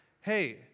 hey